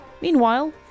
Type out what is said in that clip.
Meanwhile